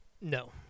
no